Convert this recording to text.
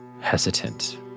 hesitant